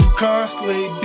constantly